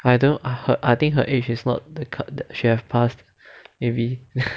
I don't ah hmm I think her age is not the cut should've past maybe